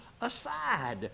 aside